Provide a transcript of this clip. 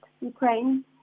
Ukraine